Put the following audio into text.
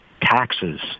taxes